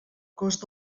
cost